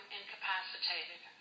incapacitated